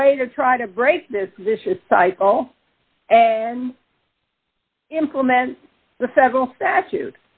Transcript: a way to try to break this vicious cycle and implement the federal statu